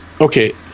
okay